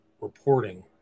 reporting